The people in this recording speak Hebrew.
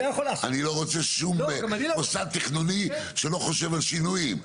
אני לא רוצה שום מוסד תכנוני שלא חושב על שינויים.